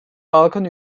balkan